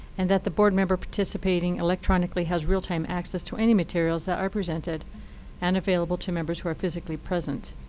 and that the board member participating electronically has real-time access to any materials that are presented and available to members who are physically present.